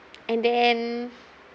and then